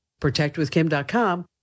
Protectwithkim.com